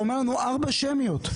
אתה אומר לנו: 4 הצבעות שמיות.